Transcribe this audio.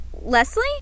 Leslie